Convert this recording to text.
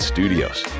Studios